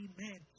Amen